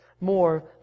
more